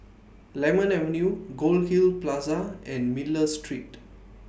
Lemon Avenue Goldhill Plaza and Miller Street